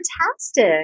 Fantastic